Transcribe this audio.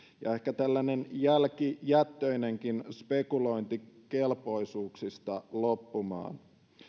ja ehkä tällainen jälkijättöinenkin spekulointi kelpoisuuksista loppumaan